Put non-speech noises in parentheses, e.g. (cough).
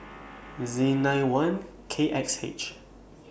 (noise) Z nine one K X H